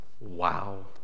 wow